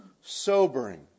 sobering